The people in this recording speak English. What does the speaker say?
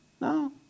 No